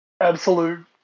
absolute